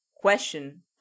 question